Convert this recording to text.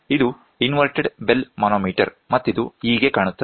ಇದು inverted bell manometer ಮತ್ತಿದು ಹೀಗೆ ಕಾಣುತ್ತದೆ